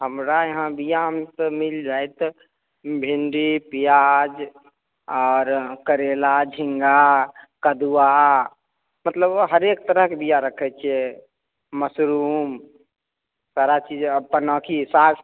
हमरा यहाँ बीयामे तऽ मिल जायत भिण्डी पियाज आर करैला झिँगा कदुआ मतलब हरेक तरहक बीया रखै छियै मशरूम सारा चीज अपना कि सा